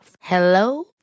Hello